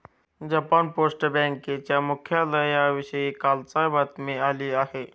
Japan post बँकेच्या मुख्यालयाविषयी कालच बातमी आली आहे